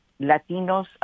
Latinos